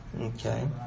Okay